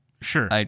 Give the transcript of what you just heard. Sure